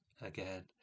Again